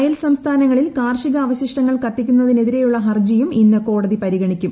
അയൽ സംസ്ഥാനങ്ങളിൽ കാർഷികാവശിഷ്ടങ്ങൾ കത്തിക്കുന്നതിനെതിരെയുള്ള ഹർജിയും ഇന്ന് കോടതി പരിഗണിക്കും